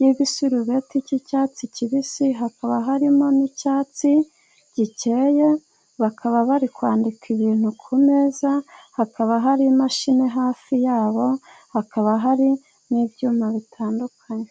y'ibisurubeti by'icyatsi kibisi. Hakaba harimo n'icyatsi gikeya, bakaba bari kwandika ibintu ku meza. Hakaba hari imashini hafi yabo, hakaba hari n'ibyuma bitandukanye.